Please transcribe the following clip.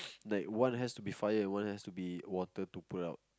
like one has to fire and one has to be water to put out